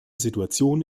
situation